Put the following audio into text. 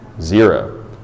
Zero